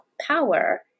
power